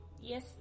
yes